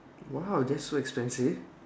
!wow! that's so expensive